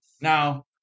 Now